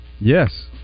Yes